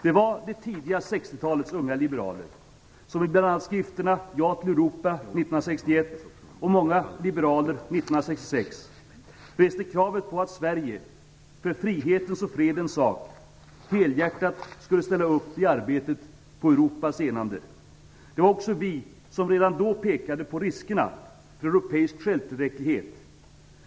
Det var det tidiga 60-talets unga liberaler som i bl.a. 1966 reste kravet på att Sverige för frihetens och fredens sak helhjärtat skulle ställa upp i arbetet på Europas enande. Det var också vi som redan då pekade på riskerna för europeisk självtillräcklighet.